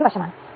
5 ആണ്